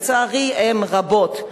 לצערי הן רבות.